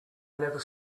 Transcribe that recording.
never